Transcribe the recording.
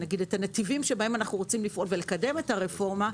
הנתיבים שבהם אנחנו רוצים לפעול ולקדם את הרפורמה,